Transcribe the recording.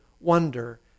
wonder